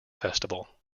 festival